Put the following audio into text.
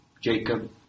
Jacob